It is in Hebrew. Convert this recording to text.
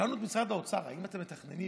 שאלנו את משרד האוצר: האם אתם מתכננים